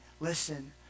Listen